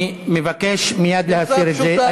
"תנו לאינתיפאדה 'לייק'".